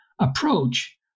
approach